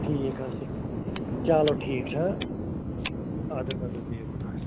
ٹھیٖک حظ چھُ چلو ٹھیٖک چھُ اَدٕ حظ اَدٕ حظ بِہِو خۄدایس حوال